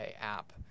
app